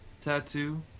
tattoo